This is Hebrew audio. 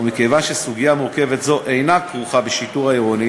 ומכיוון שסוגיה מורכבת זו אינה כרוכה בשיטור העירוני